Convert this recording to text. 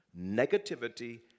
negativity